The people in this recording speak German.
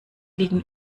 liegen